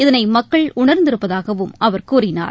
இதனை மக்கள் உணர்ந்திருப்பதாகவும் அவர் கூறினார்